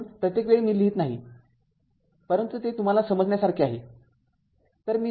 म्हणूनप्रत्येक वेळी मी लिहीत नाही परंतु ते तुम्हाला समजण्यासारखे आहे